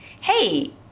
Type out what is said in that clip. hey